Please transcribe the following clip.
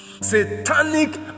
Satanic